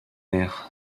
air